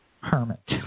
Hermit